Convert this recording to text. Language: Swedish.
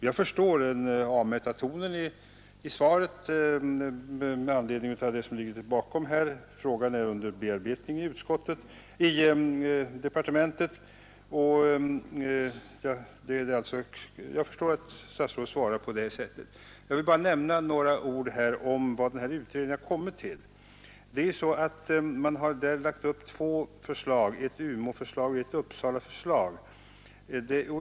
Jag förstår den avmätta tonen i statsrådets svar med tanke på det som ligger bakom; frågan är ju under bearbetning i departementet. Jag vill bara säga några ord om vad utredningen har kommit fram till. Man har här tagit upp två förslag, ett Umeåförslag och ett Uppsalaförslag.